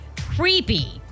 creepy